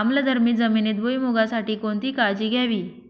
आम्लधर्मी जमिनीत भुईमूगासाठी कोणती काळजी घ्यावी?